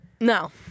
No